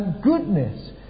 goodness